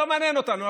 לא מעניין אותנו,